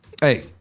hey